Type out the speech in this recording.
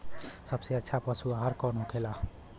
सबसे अच्छा पशु आहार कौन होखेला?